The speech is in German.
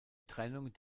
trennung